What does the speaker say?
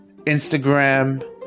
Instagram